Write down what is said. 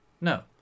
No